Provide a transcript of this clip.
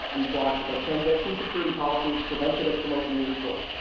we blocked that transaction. security policy has prevented us from opening the report.